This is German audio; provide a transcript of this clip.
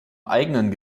eigenen